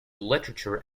literature